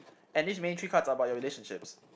and this main three cards are about your relationships